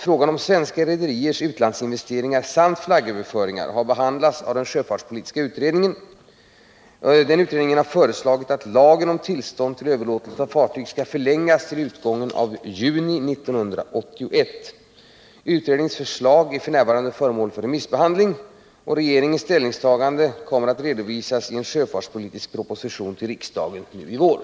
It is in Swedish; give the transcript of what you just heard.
Frågan om svenska rederiers utlandsinvesteringar samt flaggöverföringar har behandlats av den sjöfartspolitiska utredningen. Utredningen har föreslagit att lagen om tillstånd till överlåtelse av fartyg skall förlängas till utgången av juni 1981. Utredningens förslag är f. n. föremål för remissbehandling. Regeringens ställningstaganden till dessa frågor kommer att redovisas i en sjöfartspolitisk proposition till riksdagen under våren.